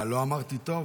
מה, לא אמרתי טוב?